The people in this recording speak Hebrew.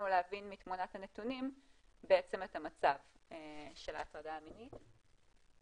להבין מתמונת הנתונים את המצב של ההטרדה המינית.